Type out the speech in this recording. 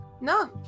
No